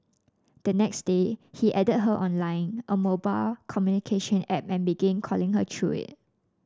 the next day he added her on Line a mobile communication app and began calling her through it